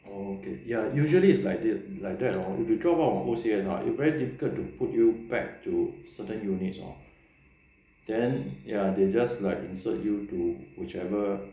oh okay ya usually it's like that lor if you drop out of O_C_S ah it's very difficult to put you back to certain units lor then ya they just insert you to whichever